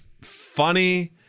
funny